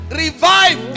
revive